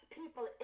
people